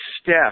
step